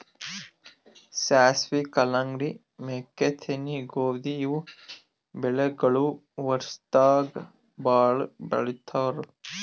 ಸಾಸ್ವಿ, ಕಲ್ಲಂಗಡಿ, ಮೆಕ್ಕಿತೆನಿ, ಗೋಧಿ ಇವ್ ಬೆಳಿಗೊಳ್ ವರ್ಷದಾಗ್ ಭಾಳ್ ಬೆಳಿತಾರ್